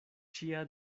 ĉia